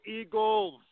eagles